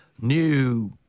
new